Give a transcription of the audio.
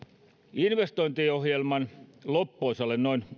investointiohjelman loppuosalle noin